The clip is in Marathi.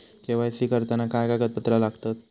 के.वाय.सी करताना काय कागदपत्रा लागतत?